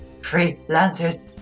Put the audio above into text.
Freelancers